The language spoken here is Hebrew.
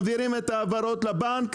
מעבירים את ההעברות לבנק,